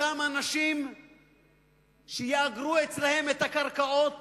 אותם אנשים שיאגרו אצלם את הקרקעות